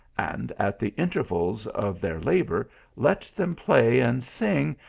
and at the intervals of their labour let them play and sing,